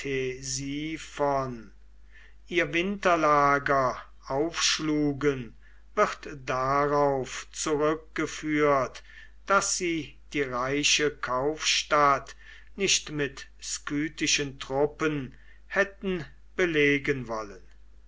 ihr winterlager aufschlugen wird darauf zurückgeführt daß sie die reiche kaufstadt nicht mit skythischen truppen hätten belegen wollen